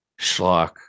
schlock